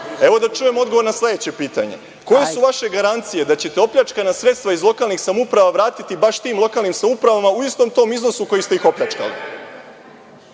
Evo, da čujem odgovor na sledeće pitanje – koje su vaše garancije da ćete opljačkana sredstva iz lokalnih samouprava vratiti baš tim lokalnim samoupravama u istom tom iznosu za koji ste ih opljačkali?